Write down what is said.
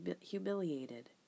humiliated